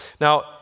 Now